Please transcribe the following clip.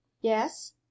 yes